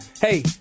Hey